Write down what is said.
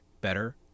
better